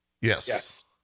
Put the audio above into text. yes